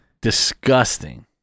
disgusting